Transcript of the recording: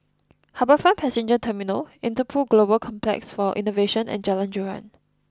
HarbourFront Passenger Terminal Interpol Global Complex for Innovation and Jalan Joran